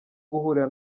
guhurira